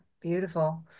beautiful